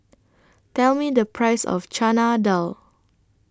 Tell Me The Price of Chana Dal